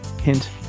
Hint